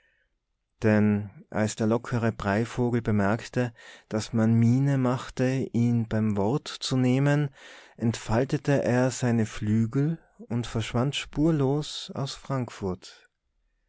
denn als der lockere breivogel merkte daß man miene machte ihn beim wort zu nehmen entfaltete er seine flügel und verschwand spurlos aus frankfurt